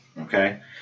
Okay